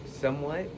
Somewhat